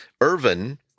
Irvin